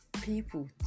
people